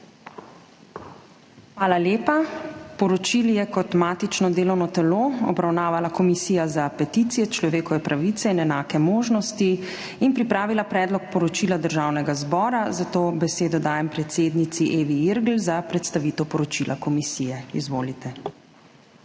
Hvala lepa. Poročili je kot matično delovno telo obravnavala Komisija za peticije, človekove pravice in enake možnosti in pripravila predlog poročila Državnega zbora, zato besedo dajem predsednici Evi Irgl za predstavitev poročila komisije. Izvolite. EVA IRGL